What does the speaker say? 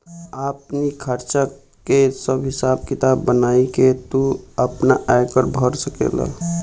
आपनी खर्चा कअ सब हिसाब किताब बनाई के तू आपन आयकर भर सकेला